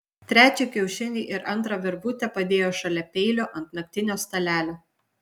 trečią kiaušinį ir antrą virvutę padėjo šalia peilio ant naktinio stalelio